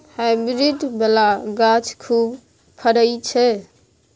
hybrid बला गाछ खूब फरइ छै